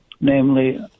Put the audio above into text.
namely